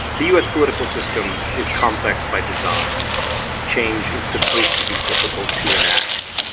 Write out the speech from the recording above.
the u s. political system is complex by design change is supposed to be difficult to enact.